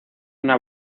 una